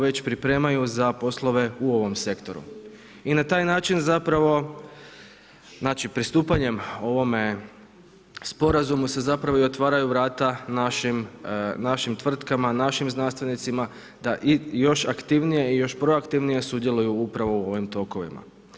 Već pripremaju za poslove u ovom sektoru i na taj način zapravo, znači pristupanjem ovome sporazumu se zapravo i otvaraju vrata našim tvrtkama, našim znanstvenicima da još aktivnije i još proaktivnije sudjeluju upravo u ovim tokovima.